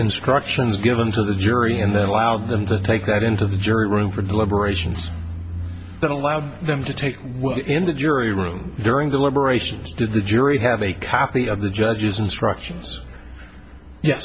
instructions given to the jury and then allowed them to take that into the jury room for deliberations that allowed them to take in the jury room during deliberations did the jury have a copy of the judge's instructions ye